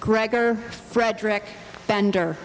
gregor frederick bender